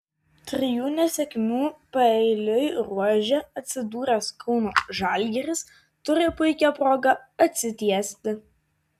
trijų nesėkmių paeiliui ruože atsidūręs kauno žalgiris turi puikią progą atsitiesti